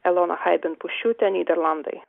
elona chaiben puščiūtė nyderlandai